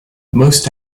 most